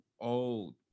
old